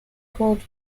cooled